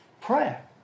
Prayer